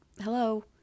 Hello